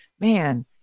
man